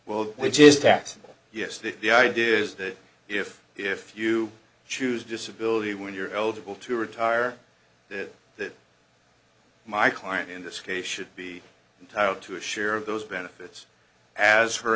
well which is taxable yes to the idea is that if if you choose disability when you're eligible to retire did that my client in this case should be entitled to a share of those benefits as her